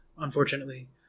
unfortunately